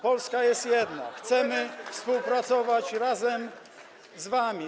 Polska jest jedna, chcemy współpracować z wami.